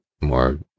more